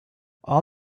all